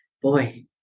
boy